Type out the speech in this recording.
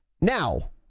Now